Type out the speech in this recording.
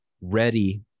ready